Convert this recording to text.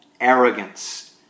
arrogance